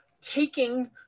taking